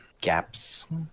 gaps